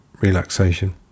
relaxation